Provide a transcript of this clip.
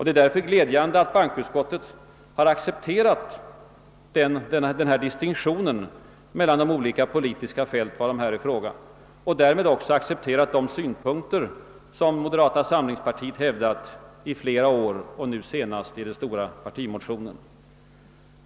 Det är därför glädjande att bankoutskottet har accepterat denna klara distinktion mellan de olika politiska fält varom här är fråga och därmed också accepterat de synpunkter som moderata samlingspartiet har hävdat i flera år och nu senast i sin stora partimotion.